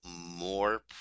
more